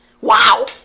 wow